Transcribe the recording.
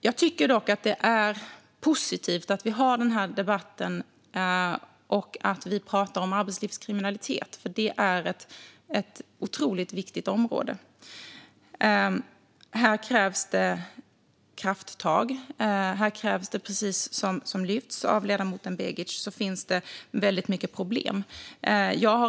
Jag tycker dock att det är positivt att vi har den här debatten och att vi pratar om arbetslivskriminalitet, för det är ett otroligt viktigt område. Här krävs det krafttag. Precis som lyfts av ledamoten Begic finns det väldigt mycket problem.